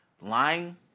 lying